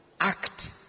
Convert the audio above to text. act